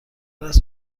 است